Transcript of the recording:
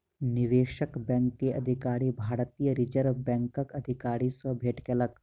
निवेशक बैंक के अधिकारी, भारतीय रिज़र्व बैंकक अधिकारी सॅ भेट केलक